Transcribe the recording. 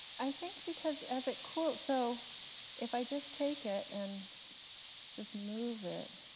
i think because as it cools so if i just take it, and just move it